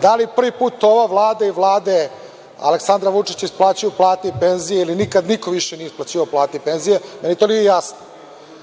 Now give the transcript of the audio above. da li prvi put ova Vlada i vlade Aleksandra Vučića isplaćuju plate i penzije ili nikad niko više nije isplaćivao plate i penzije, meni to nije jasno. Da